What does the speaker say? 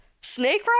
Snake